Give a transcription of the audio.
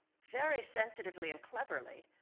very sensitively and cleverly,